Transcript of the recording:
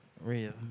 Real